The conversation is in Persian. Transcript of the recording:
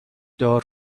دار